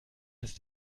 ist